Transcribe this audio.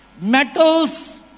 Metals